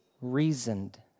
reasoned